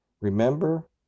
Remember